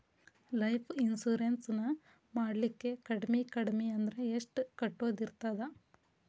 Life insurance ನ ಮಾಡ್ಲಿಕ್ಕೆ ಕಡ್ಮಿ ಕಡ್ಮಿ ಅಂದ್ರ ಎಷ್ಟ್ ಕಟ್ಟೊದಿರ್ತದ?